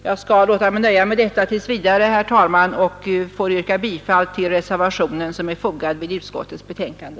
Jag skall låta mig nöja med detta tills vidare, herr talman, och yrkar bifall till reservationen som är fogad vid utskottets betänkande.